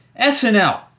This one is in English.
SNL